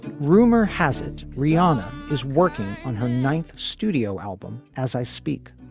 rumor has it riana is working on her ninth studio album as i speak.